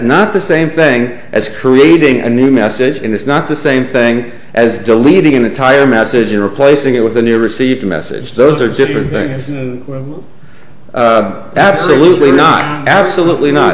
not the same thing as creating a new message and it's not the same thing as deleting an entire message and replacing it with a new received a message those are different things and absolutely not absolutely not